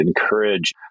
encourage